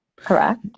correct